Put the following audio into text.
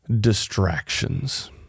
distractions